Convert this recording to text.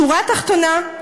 שורה תחתונה,